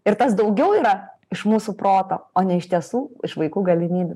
ir tas daugiau yra iš mūsų proto o ne iš tiesų iš vaikų galimybių